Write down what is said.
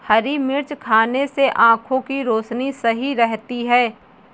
हरी मिर्च खाने से आँखों की रोशनी सही रहती है